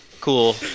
cool